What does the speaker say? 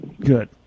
good